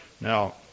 Now